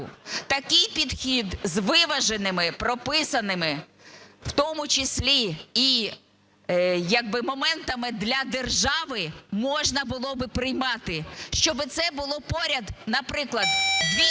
Такий підхід, з виваженими, прописаними, в тому числі і як би моментами для держави, можна було би приймати. Щоби це було поряд, наприклад, дві